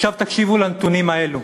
עכשיו תקשיבו לנתונים האלה: